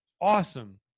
awesome